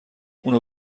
اونو